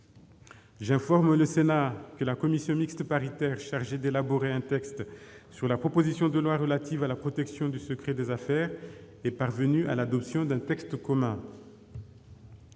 J'informe le Sénat que la commission mixte paritaire chargée d'élaborer un texte sur la proposition de loi relative à la protection du secret des affaires est parvenue à l'adoption d'un texte commun.